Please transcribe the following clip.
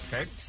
Okay